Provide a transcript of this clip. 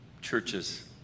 churches